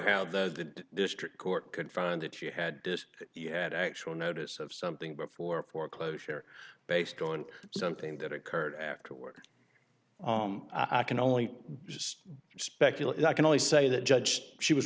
how the district court could find that you had this you had actual notice of something before foreclosure based on something that occurred afterward i can only speculate i can only say that judge she was